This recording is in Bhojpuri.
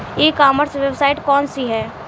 ई कॉमर्स वेबसाइट कौन सी है?